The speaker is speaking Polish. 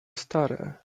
stare